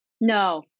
no